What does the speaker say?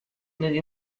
negli